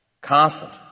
Constant